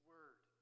Word